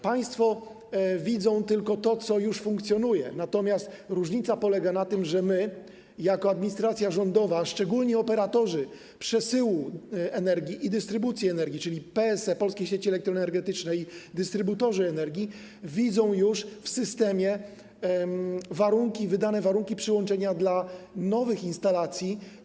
Państwo widzą tylko to, co już funkcjonuje, natomiast różnica polega na tym, że my jako administracja rządowa, a szczególnie operatorzy przesyłu energii i dystrybucji energii, czyli PSE - Polskie Sieci Elektroenergetyczne, dystrybutorzy energii widzą już w systemie wydane warunki przyłączenia dla nowych instalacji.